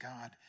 God